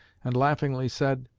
and laughingly said,